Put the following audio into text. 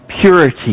purity